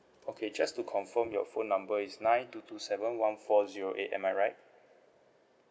okay just to confirm your phone number it's nine two two seven one four zero eight am I right